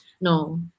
No